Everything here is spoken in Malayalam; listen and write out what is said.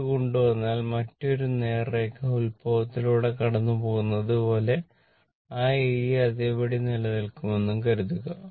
ഇത് കൊണ്ടുവന്നാൽ മറ്റൊരു നേർരേഖ ഉത്ഭവത്തിലൂടെ കടന്നുപോകുന്നത് പോലെ ആ ഏരിയ അതേപടി നിലനിൽക്കുമെന്നും കരുതുക